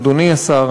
אדוני השר,